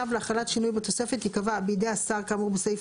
צו להחלת שינוי בתוספת ייקבע בידי השר כאמור בסעיף